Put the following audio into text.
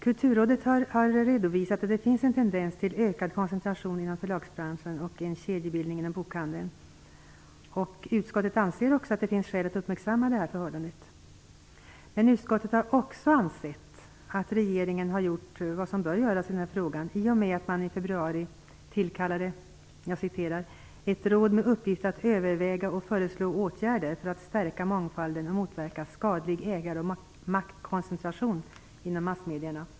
Kulturrådet har redovisat att det finns en tendens till ökad koncentration inom förlagsbranschen och till kedjebildning inom bokhandeln. Utskottet anser att det finns skäl att uppmärksamma detta förhållande. Men utskottet har också ansett att regeringen har gjort vad som bör göras i frågan i och med att man i februari tillkallade ett råd med uppgift att överväga och föreslå åtgärder för att stärka mångfalden och motverka skadlig ägar och maktkoncentration inom massmedierna.